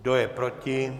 Kdo je proti?